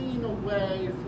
away